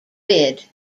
bid